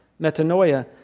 metanoia